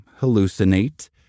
hallucinate